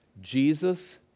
Jesus